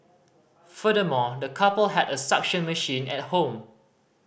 furthermore the couple had a suction machine at home